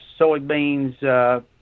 soybeans